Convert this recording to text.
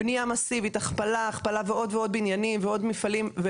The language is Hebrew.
בנייה מאסיבית הכפלה של עוד ועוד בניינים ועוד מפעלים,